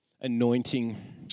Anointing